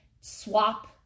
swap